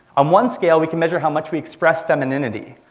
on one scale we can measure how much we express femininity.